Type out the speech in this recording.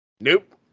nope